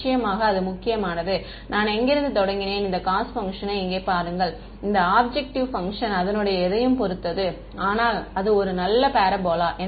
நிச்சயமாக அது முக்கியமானது நான் எங்கிருந்து தொடங்கினேன் இந்த காஸ்ட் பஃங்க்ஷனை இங்கே பாருங்கள் இந்த ஆப்ஜெக்ட்டிவ் பஃங்க்ஷன் அதனுடைய எதையும் பொறுத்தது ஆனால் அது ஒரு நல்ல பாராபோலா